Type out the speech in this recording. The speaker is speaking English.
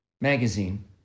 magazine